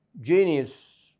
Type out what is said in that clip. genius